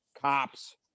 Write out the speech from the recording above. cops